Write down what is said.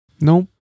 nope